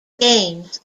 games